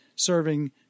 Serving